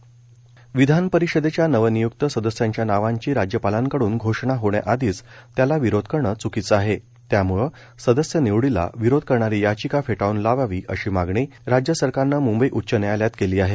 नवनिय्क्त सदस्य विधान परिषदेच्या नवनियुक्त सदस्यांच्या नावांची राज्यपालांकडून घोषणा होण्याआधीच त्याला विरोध करणं च्कीचं आहे त्यामुळं सदस्य निवडीला विरोध करणारी याचिका फेटाळून लावावी अशी मागणी राज्य सरकारनं मुंबई उच्च न्यायालयात केली आहे